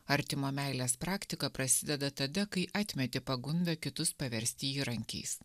artimo meilės praktika prasideda tada kai atmeti pagundą kitus paversti įrankiais